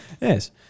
Yes